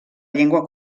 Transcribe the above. llengua